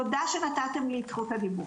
תודה שנתתם לי את זכות הדיבור.